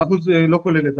האחוז לא כולל.